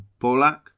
Polak